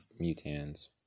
mutans